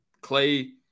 Clay –